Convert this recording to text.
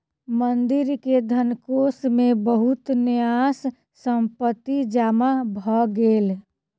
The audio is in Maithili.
मंदिर के धनकोष मे बहुत न्यास संपत्ति जमा भ गेल